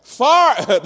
Far